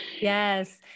Yes